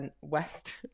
West